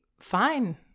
fine